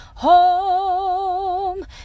home